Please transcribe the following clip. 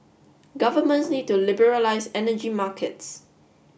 governments need to liberalize energy markets